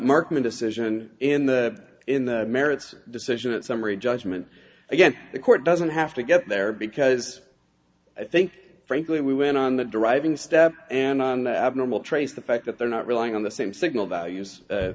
markman decision in the in the merits decision at summary judgment again the court doesn't have to get there because i think frankly we were in on the driving step and abnormal trace the fact that they're not relying on the same signal values